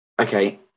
Okay